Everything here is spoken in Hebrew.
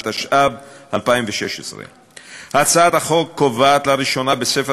התשע"ו 2016. הצעת החוק קובעת לראשונה בספר